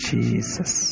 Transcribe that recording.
Jesus